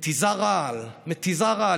מתיזה רעל, מתיזה רעל.